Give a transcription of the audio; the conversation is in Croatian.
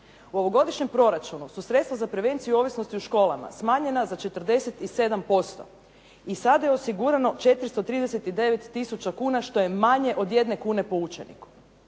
U ovogodišnjem proračunu su sredstva za prevenciju ovisnosti u školama smanjena za 47% i sada je osigurano 439 tisuća kuna što je manje od jedne kune po učeniku.